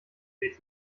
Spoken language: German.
weh